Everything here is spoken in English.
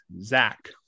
Zach